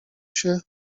się